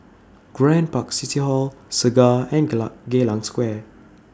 Grand Park City Hall Segar and Geylang Square